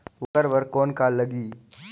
ओकर बर कौन का लगी?